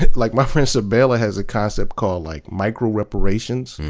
like my friend sabela has a concept called like micro-reparations.